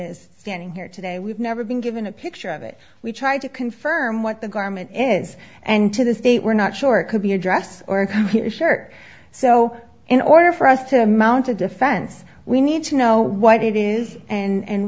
is standing here today we've never been given a picture of it we tried to confirm what the garment is and to this day we're not sure it could be a dress or shirt so in order for us to mount a defense we need to know what it is and